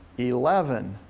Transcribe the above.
eleven,